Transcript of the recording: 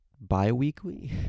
bi-weekly